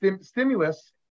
stimulus